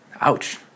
Ouch